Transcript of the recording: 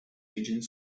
engine